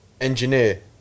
Engineer